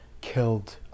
killed